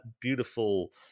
beautiful –